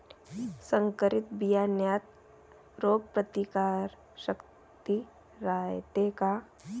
संकरित बियान्यात रोग प्रतिकारशक्ती रायते का?